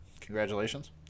congratulations